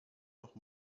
noch